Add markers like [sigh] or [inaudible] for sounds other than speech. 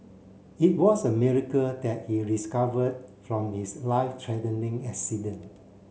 it was a miracle that he [unintelligible] from his life threatening accident